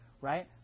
right